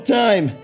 time